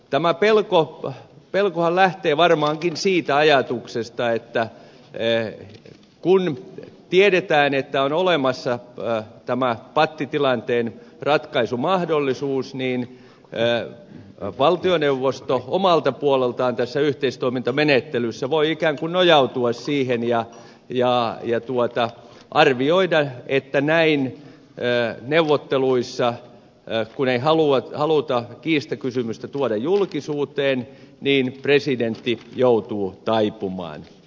tämä pelkohan lähtee varmaankin siitä ajatuksesta että kun tiedetään että on olemassa tämä pattitilanteen ratkaisumahdollisuus niin valtioneuvosto omalta puoleltaan tässä yhteistoimintamenettelyssä voi ikään kuin nojautua siihen ja arvioida että näin neuvotteluissa kun ei haluta kiistakysymystä tuoda julkisuuteen presidentti joutuu taipumaan